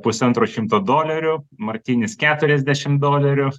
pusantro šimto dolerių martinis keturiasdešimt dolerių